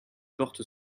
porte